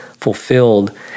fulfilled